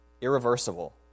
Irreversible